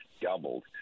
doubled